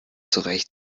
zurecht